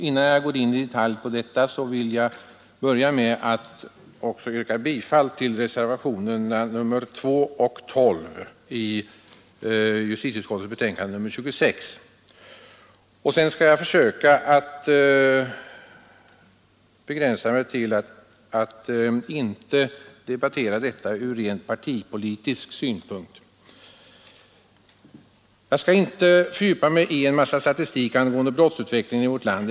Innan jag går in i detalj på detta vill jag börja med att yrka bifall till reservationerna 2 och 12 i justitieutskottets betänkande nr 26. Sedan skall jag försöka göra den begränsningen att inte debattera dessa frågor från rent partipolitisk synpunkt. Jag skall inte fördjupa mig i en mängd statistik angående brottsutvecklingen i vårt land.